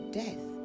death